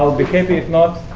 i'll be happy. if not,